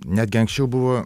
netgi anksčiau buvo